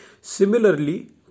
Similarly